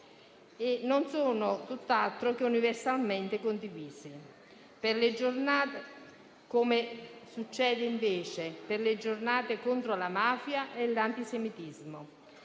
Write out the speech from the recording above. che sono tutt'altro che universalmente condivisi, come succede invece per le giornate contro la mafia e l'antisemitismo,